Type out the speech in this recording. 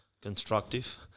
constructive